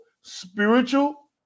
spiritual